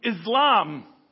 Islam